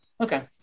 Okay